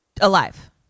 Alive